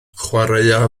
chwaraea